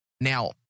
Now